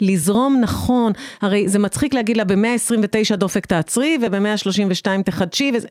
לזרום נכון, הרי זה מצחיק להגיד לה ב129 דופק תעצרי וב132 תחדשי וזה...